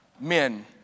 men